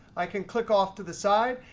i can click off to the side.